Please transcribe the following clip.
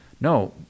No